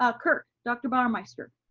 ah kirk, dr. bauermeister.